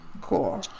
Cool